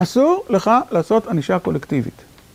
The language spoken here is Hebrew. אסור לך לעשות ענישה קולקטיבית.